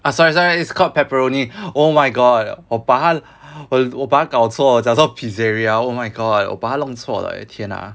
orh sorry sorry it's called pepperoni oh my god 我把它我把它搞错我讲说 pizzaria oh my god 我把它弄错天啊